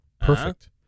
Perfect